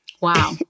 Wow